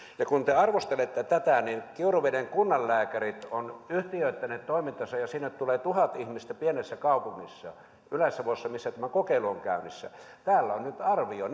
te arvostelette tätä mutta kiuruveden kunnanlääkärit ovat yhtiöittäneet toimintansa ja sinne tulee tuhat ihmistä pienessä kaupungissa ylä savossa missä tämä kokeilu on käynnissä täällä on nyt arvio